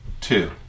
two